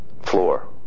floor